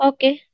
Okay